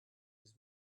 his